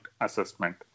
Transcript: assessment